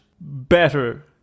better